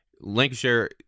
Lancashire